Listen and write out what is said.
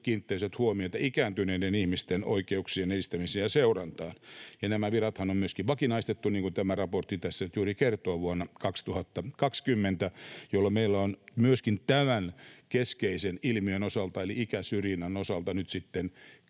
kiinnittäisivät huomiota ikääntyneiden ihmisten oikeuksien edistämiseen ja seurantaan. Ja nämä virathan on vakinaistettu, niin kuin tämä raportti tässä nyt juuri kertoo, vuonna 2020, jolloin meillä on myöskin tämän keskeisen ilmiön osalta, eli ikäsyrjinnän osalta, nyt sitten